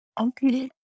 okay